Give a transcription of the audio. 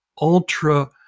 ultra